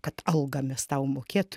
kad algą mes tau mokėtu